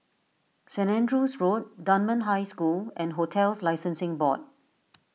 Saint Andrew's Road Dunman High School and Hotels Licensing Board